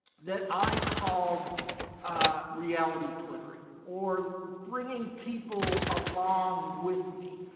that i called reality twittering or bringing people along with me.